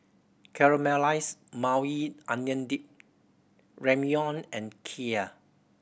Caramelized Maui Onion Dip Ramyeon and Kheer